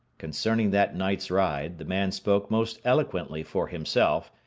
concerning that night's ride, the man spoke most eloquently for himself,